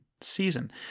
season